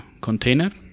container